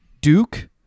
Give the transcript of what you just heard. Duke